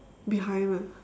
behind lah